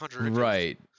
right